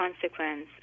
consequence